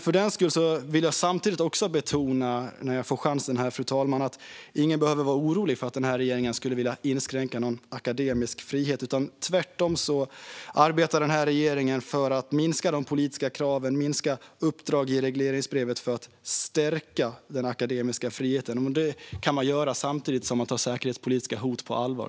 Samtidigt vill jag betona, när jag nu får chansen här, fru talman, att ingen behöver vara orolig för att regeringen skulle vilja inskränka någon akademisk frihet. Tvärtom arbetar den här regeringen för att minska de politiska kraven och minska uppdraget i regleringsbrevet för att stärka den akademiska friheten. Det kan man göra samtidigt som man tar säkerhetspolitiska hot på allvar.